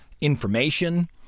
information